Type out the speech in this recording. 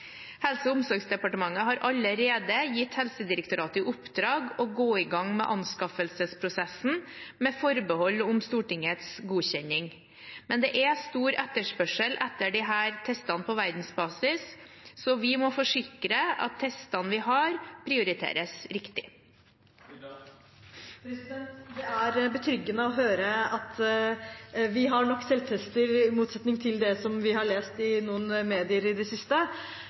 Helse- og omsorgsdepartementet har allerede gitt Helsedirektoratet i oppdrag å gå i gang med anskaffelsesprosessen, med forbehold om Stortingets godkjenning. Men det er stor etterspørsel etter disse testene på verdensbasis, så vi må forsikre oss om at testene vi har, prioriteres riktig. Det er betryggende å høre at vi har nok selvtester – i motsetning til det vi har lest i noen medier i det siste.